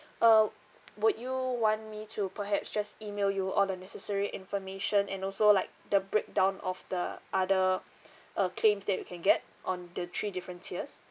uh would you want me to perhaps just email you all the necessary information and also like the breakdown of the other uh claims that you can get on the three different tiers